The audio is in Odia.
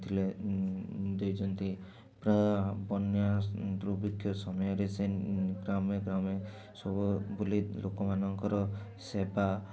ଥିଲେ ଦେଇଛନ୍ତି ପ୍ରାୟ ବନ୍ୟା ଦୁର୍ଭିକ୍ଷ ସମୟରେ ସେ ଗ୍ରାମେ ଗ୍ରାମେ ସବୁ ବୁଲି ଲୋକମାନଙ୍କର ସେବା